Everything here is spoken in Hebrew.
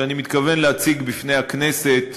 שאני מתכוון להציג בפני הכנסת,